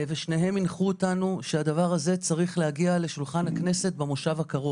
ושניהם הנחו אותנו שהדבר הזה צריך להגיע לשולחן הכנסת במושב הקרוב.